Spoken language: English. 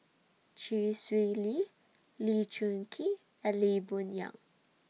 Chee Swee Lee Lee Choon Kee and Lee Boon Yang